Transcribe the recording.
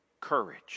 courage